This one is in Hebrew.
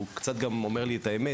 הוא קצת גם אומר לי את האמת,